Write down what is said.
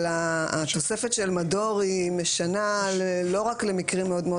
אבל התוספת של מדור משנה לא רק למקרים מאוד מאוד